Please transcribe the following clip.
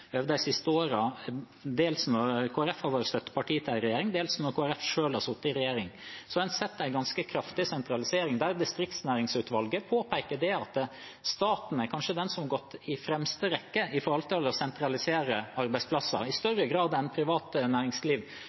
de siste årene, dels når Kristelig Folkeparti har vært støtteparti til regjeringen, dels når Kristelig Folkeparti selv har sittet i regjeringen. En har sett en ganske kraftig sentralisering, og distriktsnæringsutvalget påpeker at staten kanskje er den som har gått i fremste rekke når det gjelder å sentralisere arbeidsplasser, i større grad enn privat næringsliv.